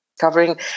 covering